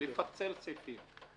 לפצל סעיפים.